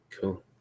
Cool